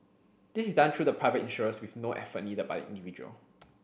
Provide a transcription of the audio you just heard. this is done through the private insurers with no effort needed by the individual